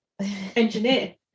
engineer